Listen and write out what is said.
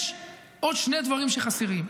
יש עוד שני דברים שחסרים,